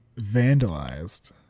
vandalized